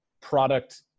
product